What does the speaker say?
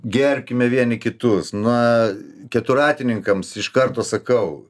gerbkime vieni kitus na keturratininkams iš karto sakau